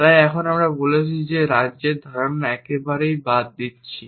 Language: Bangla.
তাই এখন আমরা বলেছি যে আমরা রাজ্যের ধারণা একেবারেই বাদ দিচ্ছি